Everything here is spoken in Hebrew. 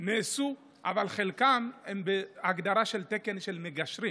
אבל חלקם בהגדרה של תקן של מגשרים